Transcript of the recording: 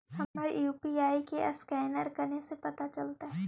हमर यु.पी.आई के असकैनर कने से पता चलतै?